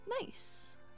Nice